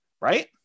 right